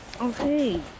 Okay